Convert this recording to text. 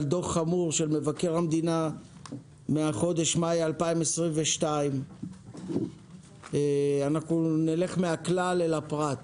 דוח חמור של מבקר המדינה מחודש מאי 2022. אנחנו נלך מהכלל אל הפרט.